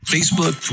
Facebook